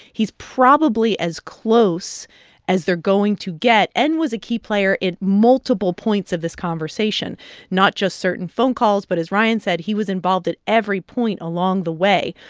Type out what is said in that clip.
he's probably as close as they're going to get and was a key player at multiple points of this conversation not just certain phone calls, but as ryan said, he was involved at every point along the way.